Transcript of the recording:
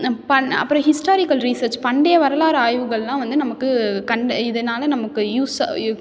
நான் பண் அப்புறம் ஹிஸ்டாரிக்கல் ரீஸர்ச் பண்டைய வரலாறு ஆய்வுகள்லாம் வந்து நமக்கு கண் இதனால நமக்கு யூஸ் யூ